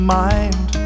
mind